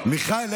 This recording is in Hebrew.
מיכאל,